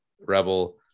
Rebel